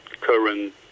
current